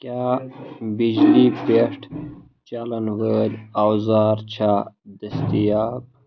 کیٛاہ بِجلی پیٚٹھ چَلن وٲلۍ اَوزار چھا دٔستیاب